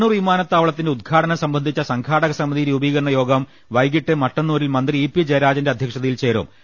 കണ്ണൂർ വിമാനത്താവളത്തിന്റെ ഉദ്ഘാടനം സംബന്ധിച്ച സംഘാടക സമിതി രൂപീകരണയോഗം വൈകീട്ടി മട്ടന്നൂരിൽ മന്ത്രി ഇ പി ജയരാജന്റെ അധ്യക്ഷതയിൽ ചേരും